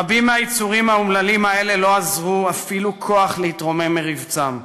רבים מהיצורים האומללים האלה לא אזרו אפילו כוח להתרומם מרבצם.